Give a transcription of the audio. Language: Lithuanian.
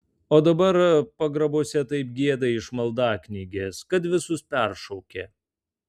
o dabar pagrabuose taip gieda iš maldaknygės kad visus peršaukia